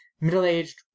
Middle-Aged